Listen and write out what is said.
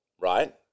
Right